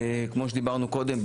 כמו שדיברנו קודם,